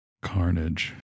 Carnage